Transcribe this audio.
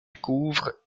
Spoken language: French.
couvre